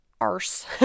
arse